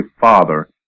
father